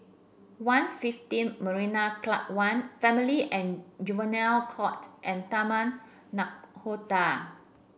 One Fifteen Marina Club One Family and Juvenile Court and Taman Nakhoda